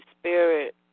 spirit